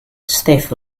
stiff